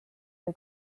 või